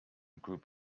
group